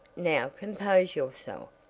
now compose yourself.